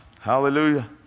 Hallelujah